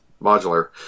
modular